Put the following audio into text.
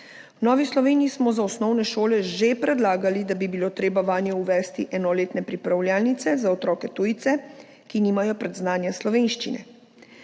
V Novi Sloveniji smo za osnovne šole že predlagali, da bi bilo treba vanje uvesti enoletne pripravljalnice za otroke tujce, ki nimajo predznanja slovenščine.